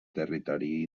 territori